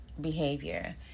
behavior